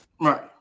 Right